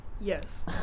Yes